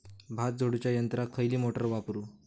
भात झोडूच्या यंत्राक खयली मोटार वापरू?